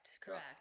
correct